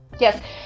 Yes